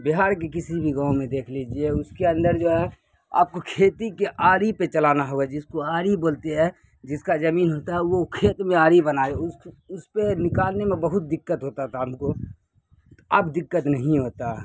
بہار کے کسی بھی گاؤں میں دیکھ لیجیے اس کے اندر جو ہے آپ کو کھیتی کے آری پہ چلانا ہوگا جس کو آری بولتے ہے جس کا زمین ہوتا ہے وہ کھیت میں آری بنا ہے اس پہ نکالنے میں بہت دقت ہوتا تھا ہم کو اب دقت نہیں ہوتا